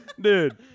Dude